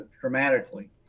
dramatically